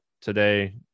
today